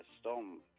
storm